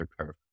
curve